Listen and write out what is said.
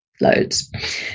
loads